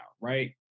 right